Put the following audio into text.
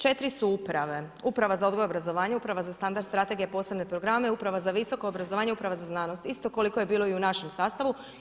4 su uprave, Uprava za odgoj i obrazovanje, Uprava za standard, strategije i posebne programe, Uprava za visoko obrazovanje, Uprava za znanost, isto koliko je bilo i u našem sastavu.